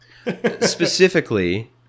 Specifically